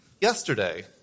Yesterday